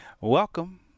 Welcome